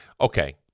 Okay